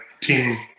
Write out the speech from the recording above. team